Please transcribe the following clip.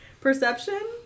Perception